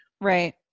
Right